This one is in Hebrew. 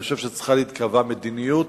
אני חושב שצריכה להיקבע מדיניות,